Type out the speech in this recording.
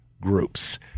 groups